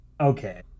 Okay